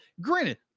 granted